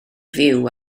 fyw